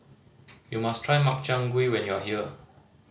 you must try Makchang Gui when you are here